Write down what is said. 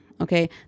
okay